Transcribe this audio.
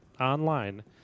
online